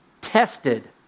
tested